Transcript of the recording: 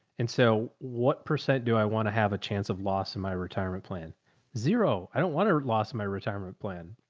and so what percent do i want to have a chance of loss in my retirement plan zero, i don't want to lost my retirement plan.